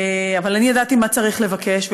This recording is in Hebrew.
אבל ידעתי מה צריך לבקש,